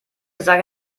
sage